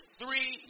three